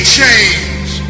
change